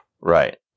Right